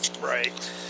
Right